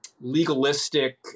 legalistic